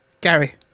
Gary